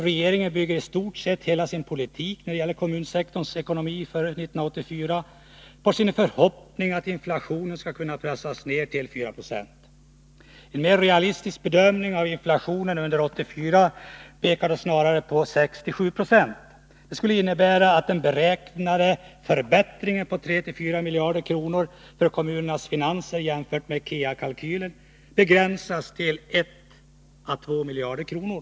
Regeringen bygger istort sett hela sin politik, när det gäller kommunsektorns ekonomi för 1984, på sin förhoppning att inflationen skall kunna pressas ner till 4 26. En mer realistisk bedömning av inflationen under 1984 pekar då snarare på 6-7 eo. Det skulle innebära att den beräknade förbättringen på 3-4 miljarder kronor för kommunernas finanser, jämfört med KEA kalkylen, begränsas till 1-2 miljarder kronor.